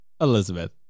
Elizabeth